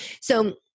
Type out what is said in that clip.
So-